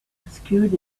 obscured